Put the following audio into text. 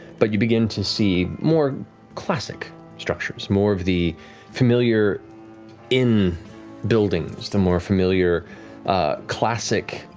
but you begin to see more classic structures, more of the familiar inn buildings, the more familiar classic,